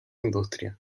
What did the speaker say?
industria